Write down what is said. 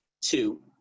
Two